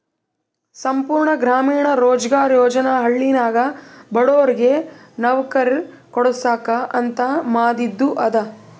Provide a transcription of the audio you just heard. ಸಂಪೂರ್ಣ ಗ್ರಾಮೀಣ ರೋಜ್ಗಾರ್ ಯೋಜನಾ ಹಳ್ಳಿನಾಗ ಬಡುರಿಗ್ ನವ್ಕರಿ ಕೊಡ್ಸಾಕ್ ಅಂತ ಮಾದಿದು ಅದ